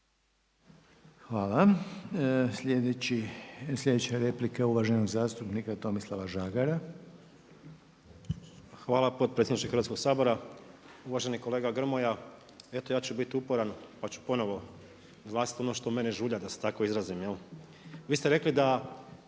Hvala. Slijedeća replika je uvaženog zastupnika Tomislava Žagara. **Žagar, Tomislav (SDP)** Hvala potpredsjedniče Hrvatskog sabora. Uvaženi kolega Grmoja, eto ja ću biti uporan pa ću ponovno oglasiti ono što mene žulja da se tako izrazim. Vi ste rekli da,